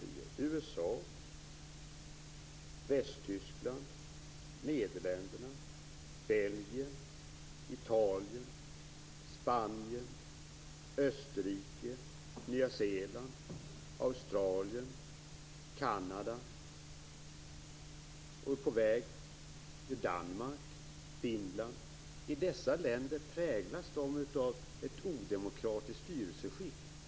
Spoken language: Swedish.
Det gäller USA, Tyskland, Nederländerna, Belgien, Italien, Spanien, Österrike, Nya Zeeland, Australien och Kanada. På väg att införa detta är Danmark och Finland. Är dessa länder präglade av ett odemokratiskt styrelseskick?